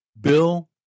Bill